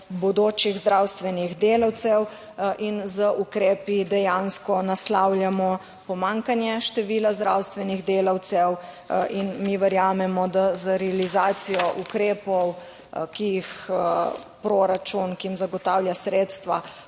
bodočih zdravstvenih delavcev in z ukrepi dejansko naslavljamo pomanjkanje števila zdravstvenih delavcev. In mi verjamemo, da z realizacijo ukrepov, ki jih proračun, ki jim zagotavlja sredstva,